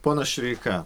ponas šireika